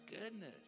goodness